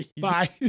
Bye